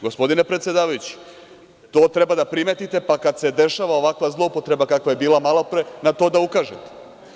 Gospodine predsedavajući, to treba da primetite pa kad se dešava ovakva zloupotreba kakva je bila malopre na to da ukažemo.